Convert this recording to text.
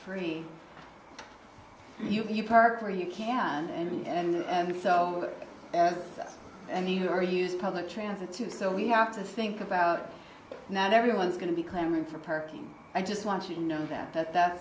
free you park where you can and so on and you are using public transit too so we have to think about now everyone's going to be clamoring for parking i just want you to know that that